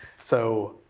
so,